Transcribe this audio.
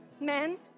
men